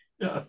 Yes